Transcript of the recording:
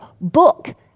book